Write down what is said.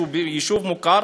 והוא יישוב מוכר,